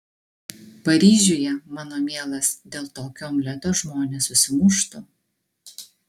paryžiuje mano mielas dėl tokio omleto žmonės susimuštų